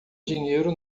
dinheiro